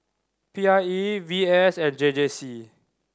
P I E V S and J J C